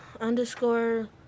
underscore